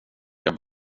jag